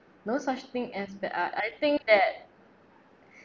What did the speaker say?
no such thing as bad art I think that